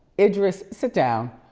idris, sit down.